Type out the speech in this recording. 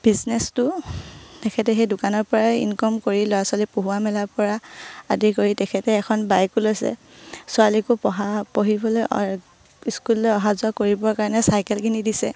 বিজনেছটো তেখেতে সেই দোকানৰ পৰাই ইনকম কৰি ল'ৰা ছোৱালী পঢ়োৱা মেলাৰ পৰা আদি কৰি তেখেতে এখন বাইকো লৈছে ছোৱালীকো পঢ়া পঢ়িবলৈ স্কুললৈ অহা যোৱা কৰিবৰ কাৰণে চাইকেল কিনি দিছে